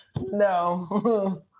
No